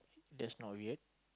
that's not weird